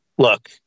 look